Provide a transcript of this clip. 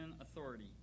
authority